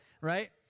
right